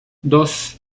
dos